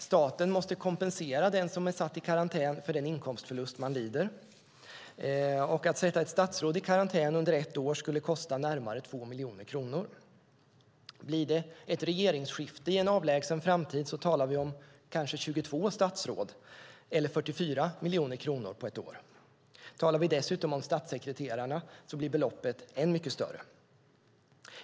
Staten måste kompensera den som är satt i karantän för den inkomstförlust som personen lider. Att sätta ett statsråd i karantän under ett år skulle kosta närmare 2 miljoner kronor. Blir det ett regeringsskifte i en avlägsen framtid talar vi om kanske 22 statsråd eller 44 miljoner kronor på ett år. Talar vi dessutom om statssekreterarna blir beloppet än mycket större.